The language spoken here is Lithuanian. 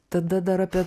tada dar apie